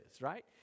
right